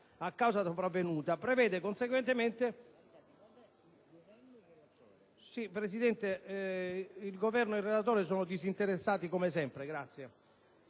causa sopravvenuta, prevede conseguentemente... Signor Presidente, il Governo e il relatore sono disinteressati, come sempre.